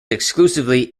exclusively